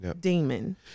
demon